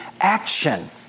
action